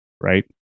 right